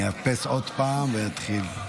אני אאפס עוד פעם ואתחיל,